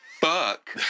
fuck